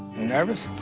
nervous,